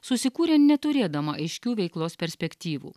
susikūrė neturėdama aiškių veiklos perspektyvų